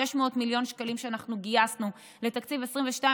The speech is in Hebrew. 600 מיליון שקלים שגייסנו לתקציב 2023-2022,